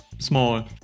Small